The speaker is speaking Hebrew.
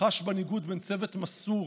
חש בניגוד בין צוות מסור,